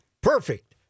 Perfect